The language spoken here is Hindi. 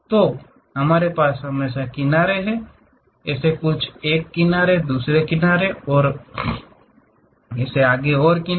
तो हमारे पास हमेशा किनारों हो ऐसा कुछ है एक किनारे दूसरा किनारा और यह एक और बढ़त है